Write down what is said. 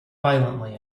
violently